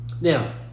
Now